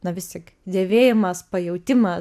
na vis tik dėvėjimas pajautimas